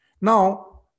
Now